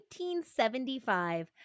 1975